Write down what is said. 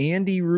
Andy